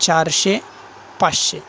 चारशे पाचशे